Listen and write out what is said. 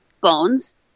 bones